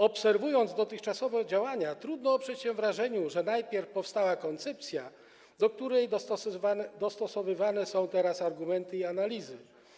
Obserwując dotychczasowe działania, trudno oprzeć się wrażeniu, że najpierw powstała koncepcja, do której dostosowywane są teraz argumenty i analizy.